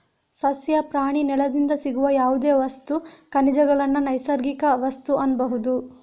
ಸಸ್ಯ, ಪ್ರಾಣಿ, ನೆಲದಿಂದ ಸಿಗುವ ಯಾವುದೇ ವಸ್ತು, ಖನಿಜಗಳನ್ನ ನೈಸರ್ಗಿಕ ವಸ್ತು ಅನ್ಬಹುದು